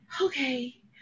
Okay